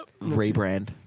Rebrand